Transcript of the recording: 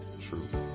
truth